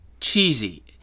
cheesy